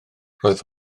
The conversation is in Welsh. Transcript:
roedd